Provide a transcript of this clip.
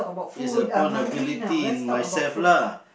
it's upon ability in myself lah